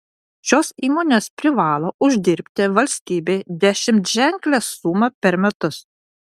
šios įmonės privalo uždirbti valstybei dešimtženklę sumą per metus